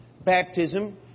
baptism